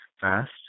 fast